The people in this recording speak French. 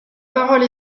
parole